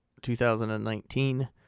2019